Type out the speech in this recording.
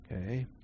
Okay